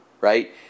right